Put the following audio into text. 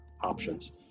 options